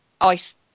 ice